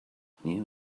new